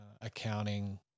accounting